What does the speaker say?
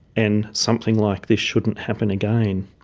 and something like this shouldn't happen again.